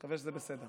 אני מקווה שזה בסדר.